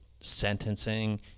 sentencing